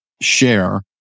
share